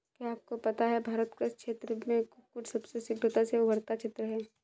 क्या आपको पता है भारत कृषि क्षेत्र में कुक्कुट सबसे शीघ्रता से उभरता क्षेत्र है?